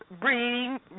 breeding